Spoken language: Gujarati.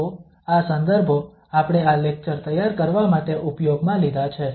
તો આ સંદર્ભો આપણે આ લેક્ચર તૈયાર કરવા માટે ઉપયોગમાં લીધા છે